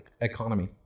economy